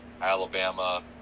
alabama